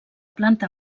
planta